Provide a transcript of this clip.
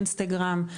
אינסטגרם,